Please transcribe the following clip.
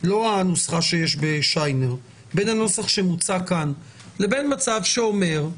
לא הנוסחה שיש בשיינר בין הנוסח שמוצע כאן לבין מצב שאומר: